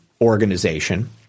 organization